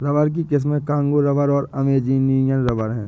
rubber की किस्में Congo rubber और अमेजोनियन रबर हैं